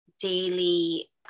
daily